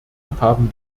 haben